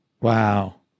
Wow